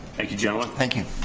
thank you gentlemen. thank you.